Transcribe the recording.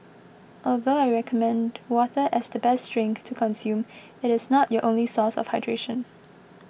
although I recommend water as the best drink to consume it is not your only source of hydration